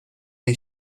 der